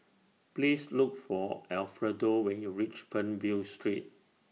Please Look For Alfredo when YOU REACH Fernvale Street